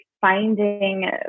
finding